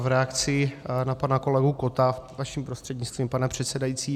V reakci na pana kolegu Kotta vaším prostřednictvím, pane předsedající.